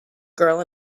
girl